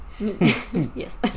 Yes